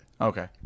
Okay